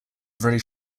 very